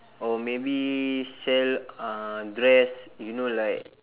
or maybe sell uh dress you know like